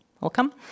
Welcome